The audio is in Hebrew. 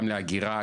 גם לאגירה,